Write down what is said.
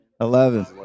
Eleven